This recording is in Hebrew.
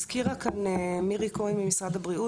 כפי שהזכירה כאן מירי כהן ממשרד הבריאות,